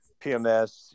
PMS